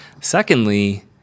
Secondly